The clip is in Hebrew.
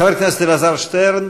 חבר הכנסת אלעזר שטרן,